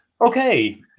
Okay